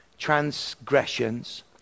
transgressions